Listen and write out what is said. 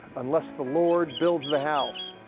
unless the lord builds the house,